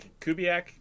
Kubiak